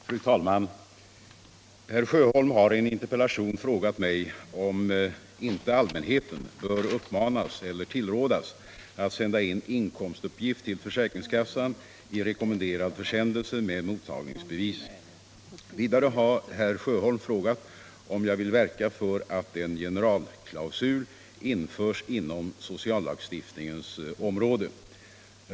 Fru talman! Herr Sjöholm har i en interpellation frågat mig om inte allmänheten bör uppmanas eller tillrådas att sända in inkomstuppgift till försäkringskassan i rekommenderad försändelse med mottagningsbevis. Vidare har herr Sjöholm frågat om jag vill verka för att en generalklausul införs inom sociallagstiftningens område.